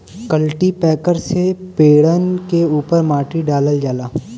cultipacker से पेड़न के उपर माटी डालल जाला